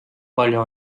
palju